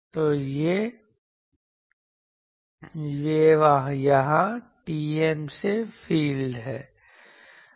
तो वे वहाँ टीएम से फील्ड हैं